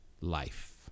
life